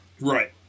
Right